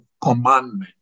commandment